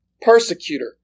persecutor